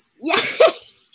yes